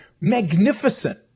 magnificent